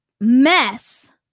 Mess